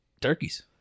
turkeys